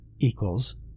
equals